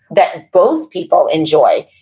that both people enjoy?